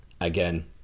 Again